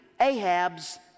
Ahab's